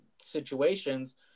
situations